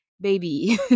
Baby